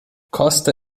koste